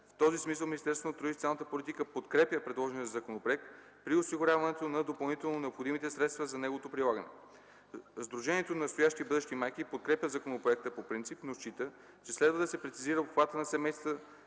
В този смисъл Министерството на труда и социалната политика подкрепя предложения законопроект при осигуряването на допълнително необходимите средства за неговото прилагане. Сдружението „Настоящи и бъдещи майки” подкрепя законопроекта по принцип, но счита, че следва да се прецизира обхватът на семействата,